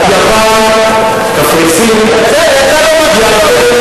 הכול פוליטיקה נמוכה.